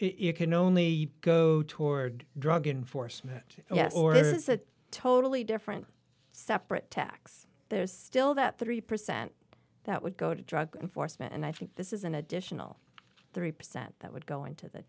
you can only go toward drug enforcement or there's a totally different separate tax there's still that three percent that would go to drug enforcement and i think this is an additional three percent that would go into the